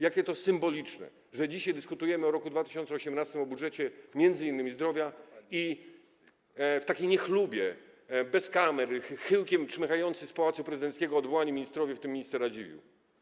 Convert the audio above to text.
Jakie to symboliczne, dzisiaj dyskutujemy o roku 2018, o budżecie m.in. na ochronę zdrowia, i w takiej niechlubie, bez kamer, chyłkiem czmychają z Pałacu Prezydenckiego odwołani ministrowie, w tym minister Radziwiłł.